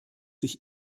sich